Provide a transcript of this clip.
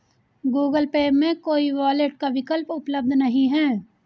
Google Pay में कोई wallet का विकल्प उपलब्ध नहीं है